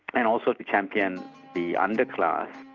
and also to champion the underclass,